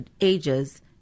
ages